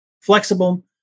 flexible